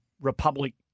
republic